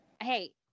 Hey